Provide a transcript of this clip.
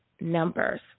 numbers